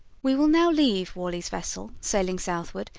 we will now leave worley's vessel sailing southward,